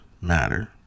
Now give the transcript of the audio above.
Matter